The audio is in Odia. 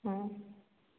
ହୁଁ